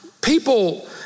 people